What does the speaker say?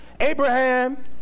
Abraham